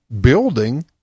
building –